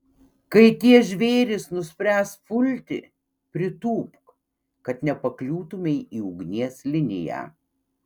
kai tie žvėrys nuspręs pulti pritūpk kad nepakliūtumei į ugnies liniją